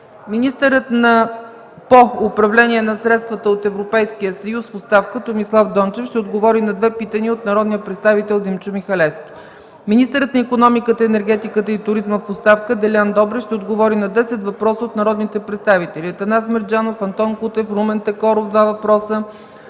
Министърът по управление на средствата от Европейския съюз в оставка Томислав Дончев ще отговори на две питания от народния представител Димчо Михалевски. Министърът на икономиката, енергетиката и туризма в оставка Делян Добрев ще отговори на десет въпроса от народните представители Атанас Мерджанов, Антон Кутев, Румен Такоров – два въпроса,